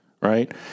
right